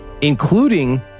including